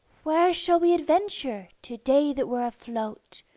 where shall we adventure, to-day that we're afloat,